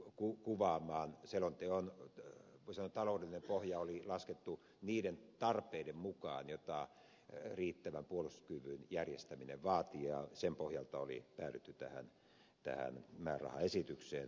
selonteon voi sanoa taloudellinen pohja oli laskettu niiden tarpeiden mukaan joita riittävän puolustuskyvyn järjestäminen vaatii ja sen pohjalta oli päädytty tähän määrärahaesitykseen